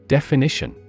Definition